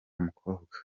mukobwa